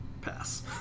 pass